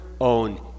own